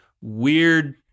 weird